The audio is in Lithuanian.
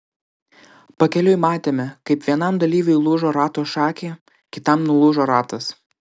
pakeliui matėme kaip vienam dalyviui lūžo rato šakė kitam nulūžo ratas